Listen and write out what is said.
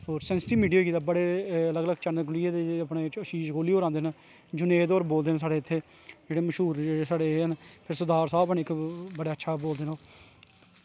sensitive media दे ते बड़े बड़े चैनल खु'ल्ली गेदे जेह्दे च अशीश कोह्ली होर आंदे जुनेद होर बोलदे न जित्थें बोलदे न नै सरदार साह्व न बड़ा अच्छा बोलदे न ओह्